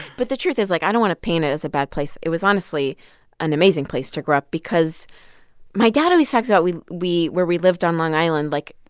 but the truth is, like, i don't want to paint it as a bad place. it was honestly an amazing place to grow up because my dad always talks about we we where we lived on long island like,